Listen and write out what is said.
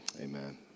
amen